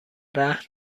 رهن